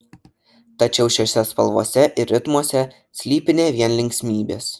tačiau šiose spalvose ir ritmuose slypi ne vien linksmybės